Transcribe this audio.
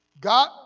God